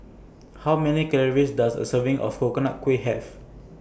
How Many Calories Does A Serving of Coconut Kuih Have